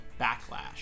backlash